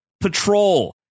patrol